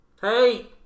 Hey